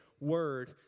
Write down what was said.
word